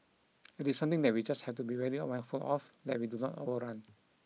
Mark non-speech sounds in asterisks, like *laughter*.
it is something that we just have to be very *unintelligible* of that we do not overrun